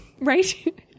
Right